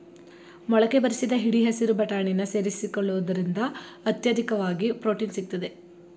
ಮೊಳಕೆ ಬರಿಸಿದ ಹಿಡಿ ಹಸಿರು ಬಟಾಣಿನ ಸೇರಿಸಿಕೊಳ್ಳುವುದ್ರಿಂದ ಅತ್ಯಧಿಕವಾಗಿ ಪ್ರೊಟೀನ್ ಸಿಗ್ತದೆ